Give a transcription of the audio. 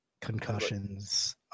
concussions